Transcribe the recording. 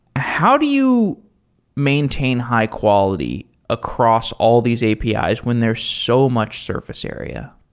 how do you maintain high-quality across all these apis ah when there's so much surface area?